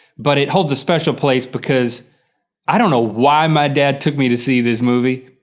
but it holds a special place because i don't know why my dad took me to see this movie.